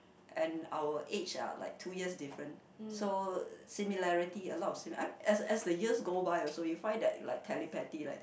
and our age are like two years different so similarity a lot of similarity I mean as the years go by also you find that like telepathy like that